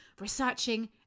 researching